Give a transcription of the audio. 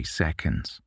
seconds